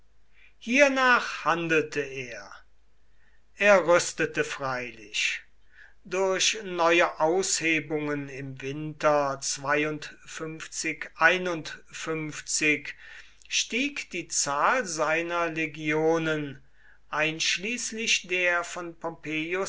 hiernach handelte er er rüstete freilich durch neue aushebungen im winter stieg die zahl seiner legionen einschließlich der von